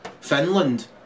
Finland